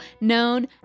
known